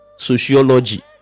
sociology